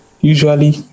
usually